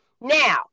Now